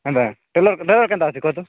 ଏନ୍ତା ଟ୍ରେଲର୍ କେନ୍ତା ଅଛି କହ ତ